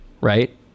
right